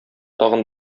тагын